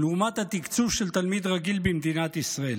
לעומת התקצוב של תלמיד רגיל במדינת ישראל.